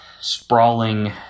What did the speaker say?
sprawling